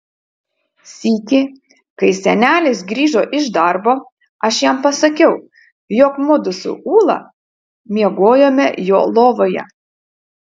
sykį kai senelis grįžo iš darbo aš jam pasakiau jog mudu su ūla miegojome jo lovoje